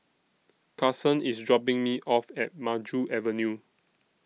Carsen IS dropping Me off At Maju Avenue